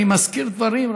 אני מזכיר דברים,